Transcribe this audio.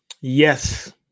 Yes